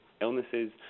illnesses